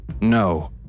No